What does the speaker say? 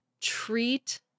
treat